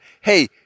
hey